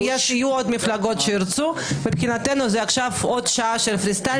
אם יהיו עוד מפלגות שירצו מבחינתנו זה עכשיו עוד שעה של freestyle,